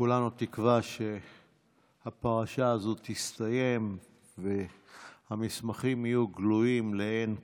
כולנו תקווה שהפרשה הזאת תסתיים והמסמכים יהיו גלויים לעין כול.